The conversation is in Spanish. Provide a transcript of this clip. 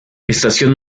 estación